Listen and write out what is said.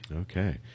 Okay